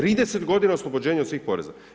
30 godina oslobođenja od svih poreza.